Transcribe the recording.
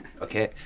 Okay